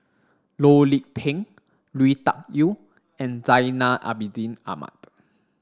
Loh Lik Peng Lui Tuck Yew and Zainal Abidin Ahmad